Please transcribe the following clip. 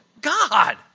God